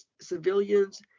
civilians